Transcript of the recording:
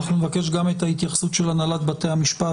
אנחנו נבקש גם את ההתייחסות של הנהלת בתי המשפט,